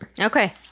Okay